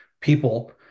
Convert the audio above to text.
people